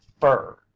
fur